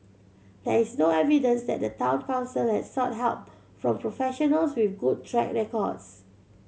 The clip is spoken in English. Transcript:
there is no evidence that the Town Council has sought help from professionals with good track records